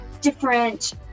different